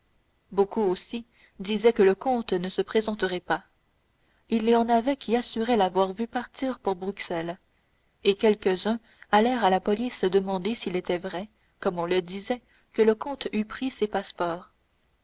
beaucoup aussi disaient que le comte ne se présenterait pas il y en avait qui assuraient l'avoir vu partir pour bruxelles et quelques-uns allèrent à la police demander s'il était vrai comme on le disait que le comte eût pris ses passeports